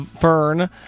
Fern